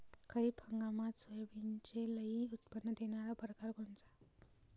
खरीप हंगामात सोयाबीनचे लई उत्पन्न देणारा परकार कोनचा?